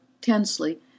tensely